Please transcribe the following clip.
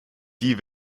die